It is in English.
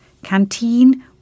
canteen